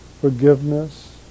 forgiveness